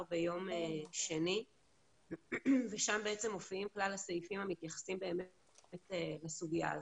ביום שני ושם מופיעים כלל הסעיפים שמתייחסים לסוגיה הזאת.